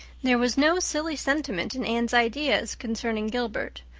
there was no silly sentiment in anne's ideas concerning gilbert.